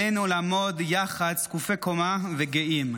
עלינו לעמוד יחד זקופי קומה וגאים.